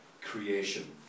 creation